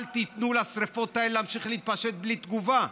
אל תיתנו לשרפות האלה להמשיך להתפשט בלי תגובה.